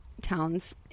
towns